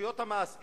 רשויות המס,